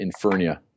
infernia